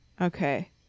Okay